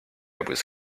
was